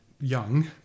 young